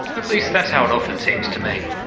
at least that's how it often seems to me.